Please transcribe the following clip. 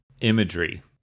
imagery